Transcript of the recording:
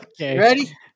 ready